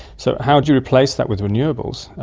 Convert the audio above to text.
so how do you replace that with renewables?